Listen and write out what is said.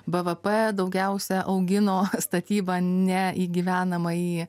bvp daugiausiai augino statybą ne į gyvenamąjį